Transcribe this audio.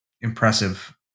impressive